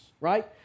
right